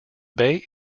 bay